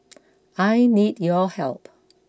I need your help